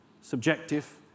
subjective